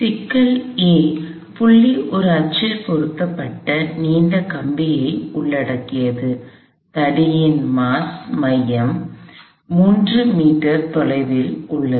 சிக்கல் A புள்ளி ஒரு அச்சில் பொருத்தப்பட்ட ஒரு நீண்ட கம்பியை உள்ளடக்கியது தடியின் மாஸ் மையம் 3 மீ தொலைவில் உள்ளது